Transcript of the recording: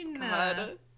God